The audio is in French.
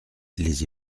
les